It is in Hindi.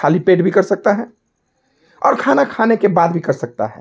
खाली पेट भी कर सकता है और खाना खाने के बाद भी कर सकता है